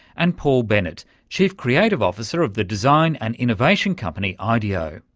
and paul bennett chief creative officer of the design and innovation company ideo.